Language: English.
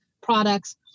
products